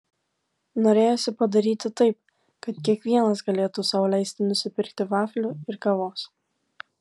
norėjosi padaryti taip kad kiekvienas galėtų sau leisti nusipirkti vaflių ir kavos